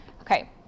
Okay